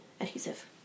adhesive